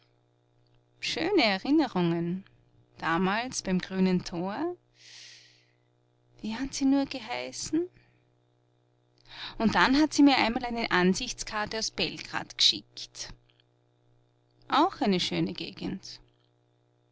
schöne erinnerungen damals beim grünen tor wie hat sie nur geheißen und dann hat sie mir einmal eine ansichtskarte aus belgrad geschickt auch eine schöne gegend